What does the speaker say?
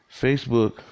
Facebook